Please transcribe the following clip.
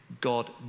God